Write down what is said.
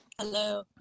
Hello